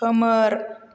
खोमोर